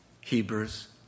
Hebrews